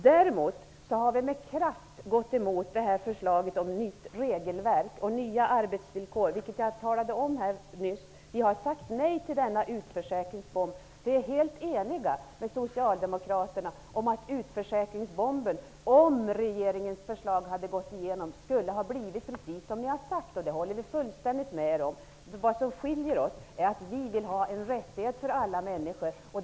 Däremot har vi med kraft gått emot förslaget om nytt regelverk och nya arbetsvillkor, vilket jag nyss talade om. Vi har sagt nej till denna utförsäkringsbomb. Vi är helt eniga med Socialdemokraterna om att utförsäkringsbomben, om regeringens förslag hade gått igenom, skulle ha blivit precis så som ni har sagt. Detta håller vi fullständigt med er om. Vad som skiljer oss åt är att vi i Ny demokrati vill ha en rättighet för alla människor.